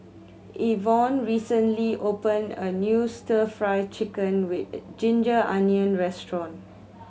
Ivonne recently opened a new Stir Fry Chicken with ginger onion restaurant